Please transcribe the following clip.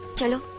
tell um